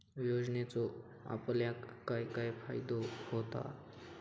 योजनेचो आपल्याक काय काय फायदो होता?